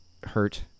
hurt